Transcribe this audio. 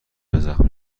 زخمی